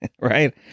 Right